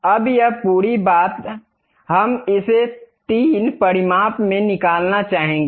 अब यह पूरी बात हम इसे 3 परिमाप में निकालना चाहेंगे